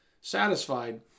satisfied